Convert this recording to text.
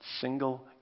single